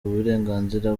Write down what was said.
uburenganzira